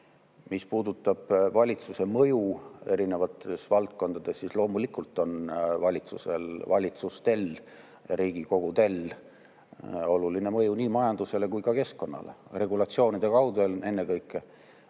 Mis puudutab valitsuse mõju erinevates valdkondades, siis loomulikult on valitsustel ja Riigikogudel oluline mõju nii majandusele kui ka keskkonnale, regulatsioonide kaudu ennekõike,